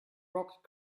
rock